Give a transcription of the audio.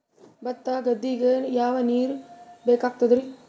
ಭತ್ತ ಗದ್ದಿಗ ಯಾವ ನೀರ್ ಬೇಕಾಗತದರೀ?